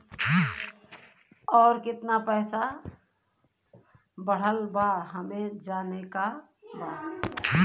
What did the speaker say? और कितना पैसा बढ़ल बा हमे जाने के बा?